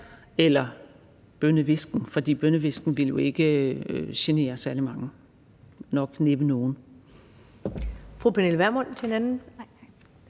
eller en bønnehvisken, for bønnehvisken vil jo ikke genere særlig mange – nok næppe nogen.